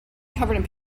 covered